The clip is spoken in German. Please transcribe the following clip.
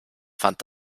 fand